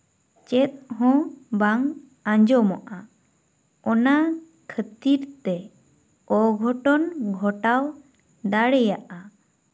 ᱪᱮᱫ ᱦᱚᱸ ᱵᱟᱝ ᱟᱸᱡᱚᱢᱚᱜᱼᱟ ᱚᱱᱟ ᱠᱷᱟᱹᱛᱤᱨ ᱛᱮ ᱚᱜᱷᱚᱴᱚᱱ ᱜᱷᱚᱴᱟᱣ ᱫᱟᱲᱮᱭᱟᱜᱼᱟ